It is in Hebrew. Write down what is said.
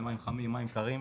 למים חמים מים קרים,